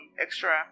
extra